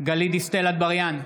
גלית דיסטל אטבריאן,